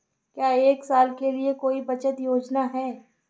क्या एक साल के लिए कोई बचत योजना है?